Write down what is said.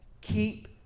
keep